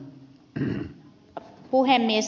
arvoisa puhemies